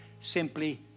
simply